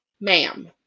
Ma'am